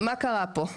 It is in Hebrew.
מה קרה פה?